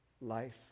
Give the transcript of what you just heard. life